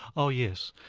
oh yes.